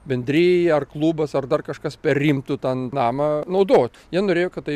bendrijai ar klubas ar dar kažkas perimtų tą namą naudot jie norėjo kad tai